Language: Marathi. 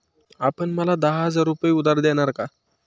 आपण मला दहा हजार रुपये उधार देणार का?